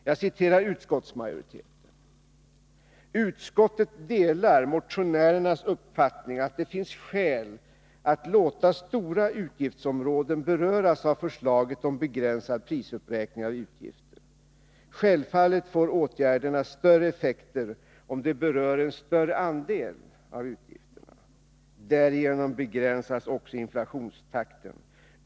Jag citerar utskottsmajoriteten: ”Utskottet delar motionärernas uppfattning att det finns skäl att låta stora utgiftsområden beröras av förslaget om begränsad prisuppräkning av utgifter. Självfallet får åtgärderna större effekter om de berör en större andel av utgifterna. Därigenom begränsas också inflationstakten.